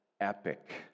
epic